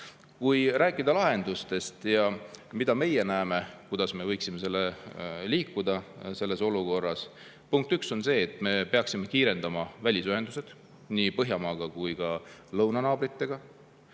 Kui rääkida lahendustest, mida meie näeme, kuidas me võiksime liikuda selles olukorras, siis punkt 1 on see, et me peaksime kiirendama välisühenduste loomist nii Põhjamaadega kui ka lõunanaabritega.